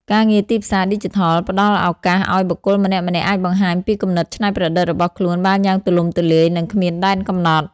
ការងារទីផ្សារឌីជីថលផ្តល់ឱកាសឱ្យបុគ្គលម្នាក់ៗអាចបង្ហាញពីគំនិតច្នៃប្រឌិតរបស់ខ្លួនបានយ៉ាងទូលំទូលាយ និងគ្មានដែនកំណត់។